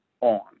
on